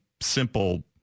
simple